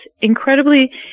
incredibly